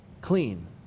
clean